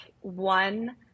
one